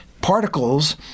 particles